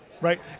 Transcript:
Right